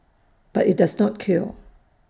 but IT does not cure